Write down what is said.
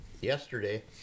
yesterday